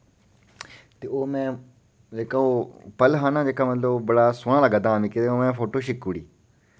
ते ओह मैं जेह्का ओह् पल हा ना जेह्का मतलब ओह् बड़ा सोह्ना लग्गै दा हा मिकी ते मैं फोटो छिक्की ओड़ी